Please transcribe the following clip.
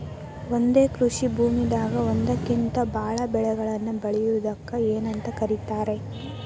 ಒಂದೇ ಕೃಷಿ ಭೂಮಿದಾಗ ಒಂದಕ್ಕಿಂತ ಭಾಳ ಬೆಳೆಗಳನ್ನ ಬೆಳೆಯುವುದಕ್ಕ ಏನಂತ ಕರಿತಾರೇ?